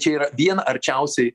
čia yra viena arčiausiai